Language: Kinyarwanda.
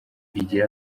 igire